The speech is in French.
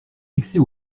fixer